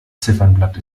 ziffernblatt